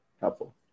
helpful